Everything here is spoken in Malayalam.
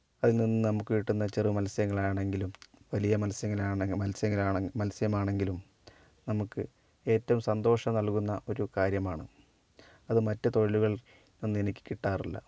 അതിൽ നിന്ന് നമുക്ക് കിട്ടുന്ന ചെറു മത്സ്യങ്ങൾ ആണെങ്കിലും വലിയ മത്സ്യമാണെങ്കിലും നമുക്ക് ഏറ്റവും സന്തോഷം നൽകുന്ന ഒരു കാര്യമാണ് അത് മറ്റു തൊഴിലുകളിൽ നിന്ന് എനിക്ക് കിട്ടാറില്ല